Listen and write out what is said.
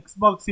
Xbox